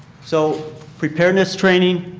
so preparedness training,